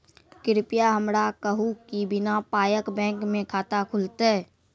कृपया हमरा कहू कि बिना पायक बैंक मे खाता खुलतै?